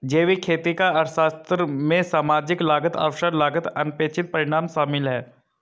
जैविक खेती का अर्थशास्त्र में सामाजिक लागत अवसर लागत अनपेक्षित परिणाम शामिल है